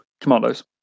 Commandos